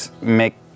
make